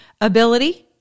ability